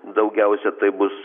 daugiausia tai bus